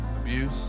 abuse